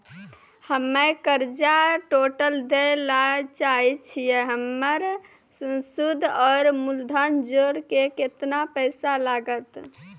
हम्मे कर्जा टोटल दे ला चाहे छी हमर सुद और मूलधन जोर के केतना पैसा लागत?